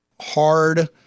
hard